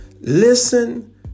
Listen